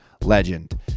legend